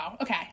Okay